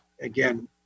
again